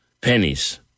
Pennies